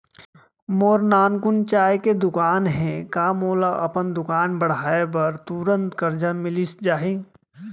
मोर नानकुन चाय के दुकान हे का मोला अपन दुकान बढ़ाये बर तुरंत करजा मिलिस जाही?